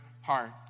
heart